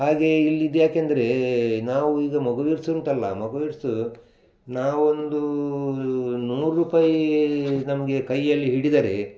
ಹಾಗೆ ಇಲ್ಲಿದು ಯಾಕೆಂದರೆ ನಾವು ಈಗ ಮೊಗವೀರ್ಸ್ ಉಂಟಲ್ಲ ಮೊಗವೀರ್ಸು ನಾವೊಂದು ನೂರು ರೂಪಾಯಿ ನಮಗೆ ಕೈಯ್ಯಲ್ಲಿ ಹಿಡಿದರೆ